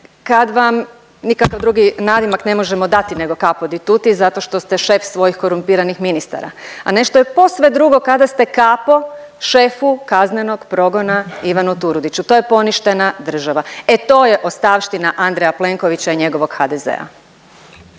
kad vam, nikakav drugi nadimak ne možemo dati nego capo di tutti zato što ste šef svojih korumpiranih ministara, a nešto je posve drugo kada ste capo šefu kaznenog progona Ivanu Turudiću. To je poništena država. E to je ostavština Andreja Plenkovića i njegovog HDZ-a.